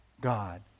God